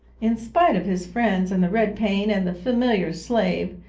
in spite of his friends, and the red paint, and the familiar slave,